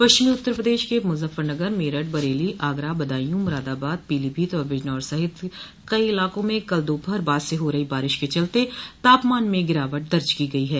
पश्चिमी उत्तर प्रदेश के मुजफ्फरनगर मेरठ बरेली आगरा बदायूं मुरादाबाद पीलीभीत और बिजनौर सहित कई इलाकों में कल दोपहर बाद से हो रही बारिश के चलते तापमान में गिरावट दर्ज की गई है